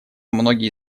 многие